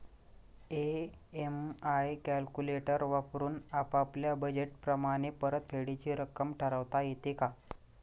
EMI calculator वापरून आपापल्या budget प्रमाणे परतफेडीची रक्कम ठरवता येते का?